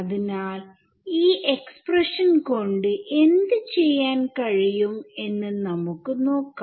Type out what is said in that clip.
അതിനാൽ ഈ എക്സ്പ്രഷൻ കൊണ്ട് എന്ത് ചെയ്യാൻ കഴിയും എന്ന് നമുക്ക് നോക്കാം